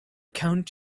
count